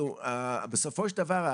בסופו של דבר,